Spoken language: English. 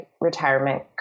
retirement